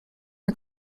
are